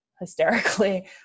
hysterically